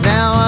Now